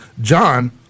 John